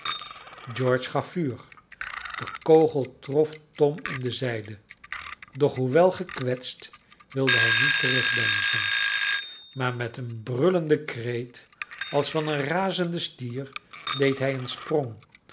george gaf vuur de kogel trof tom in de zijde doch hoewel gekwetst wilde hij niet terugdeinzen maar met een brullenden kreet als van een razenden stier deed hij een sprong